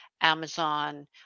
Amazon